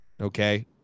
okay